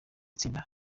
tsinda